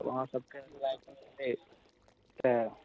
आब अहाँसभके लाइक मिलतै तऽ